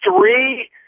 three